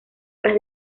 las